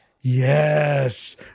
yes